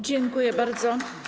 Dziękuję bardzo.